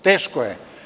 Teško je.